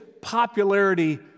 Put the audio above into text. popularity